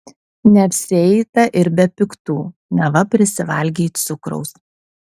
neapsieita ir be piktų neva prisivalgei cukraus